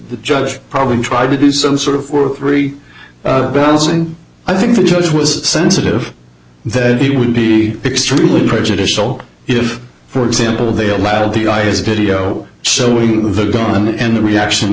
the judge probably tried to do some sort of work three balancing i think the judge was sensitive that he would be extremely prejudicial if for example they allowed the guy his video showing the gun and the reaction